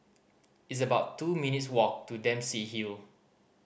it's about two minutes' walk to Dempsey Hill